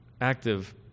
active